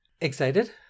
Excited